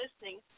listening